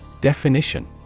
Definition